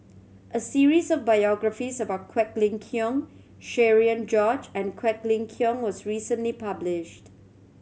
a series of biographies about Quek Ling Kiong Cherian George and Quek Ling Kiong was recently published